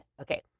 Okay